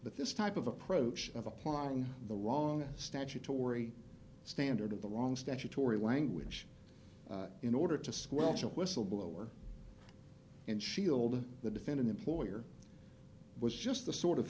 that this type of approach of applying the wrong statutory standard of the wrong statutory language in order to squelch a whistleblower and shield the defendant employer was just the sort of